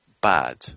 bad